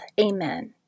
Amen